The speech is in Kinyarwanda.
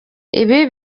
ibi